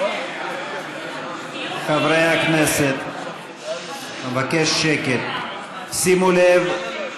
חברי הכנסת, שימו לב: